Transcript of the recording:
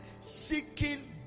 seeking